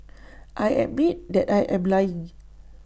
I admit that I am lying